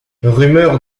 rumeur